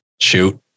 Shoot